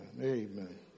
amen